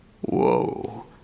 Whoa